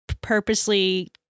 purposely